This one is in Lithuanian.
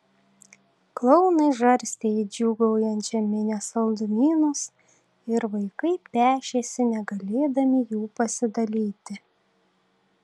klounai žarstė į džiūgaujančią minią saldumynus ir vaikai pešėsi negalėdami jų pasidalyti